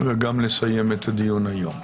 וגם לסיים את הדיון היום.